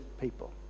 people